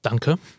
danke